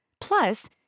Plus